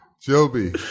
Joby